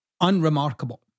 unremarkable